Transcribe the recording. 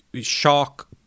shock